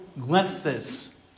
glimpses